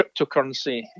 cryptocurrency